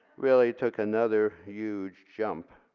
really took another huge jump.